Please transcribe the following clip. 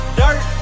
dirt